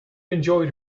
enjoyed